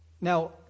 Now